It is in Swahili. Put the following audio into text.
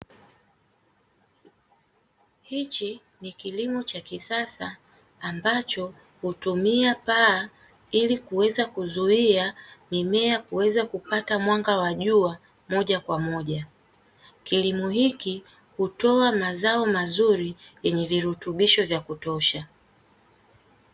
Hichi ni kilimo cha kisasa ambacho hutumia paa ili kuweza kuzuia mimea kuweza kupata mwanga wa jua moja kwa moja, kilimo hiki hutoa mazao mazuri yenye virutubisho vya kutosha.